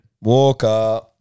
Walker